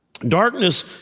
Darkness